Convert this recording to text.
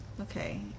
Okay